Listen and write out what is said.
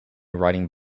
riding